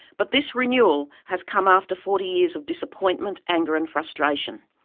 but this renewal has come after forty years of disappointment, anger and frustration.